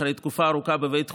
אחרי תקופה ארוכה בבית חולים,